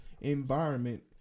environment